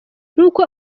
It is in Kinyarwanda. nk’uko